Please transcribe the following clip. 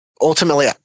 Ultimately